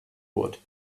wood